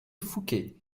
fouquet